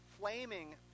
flaming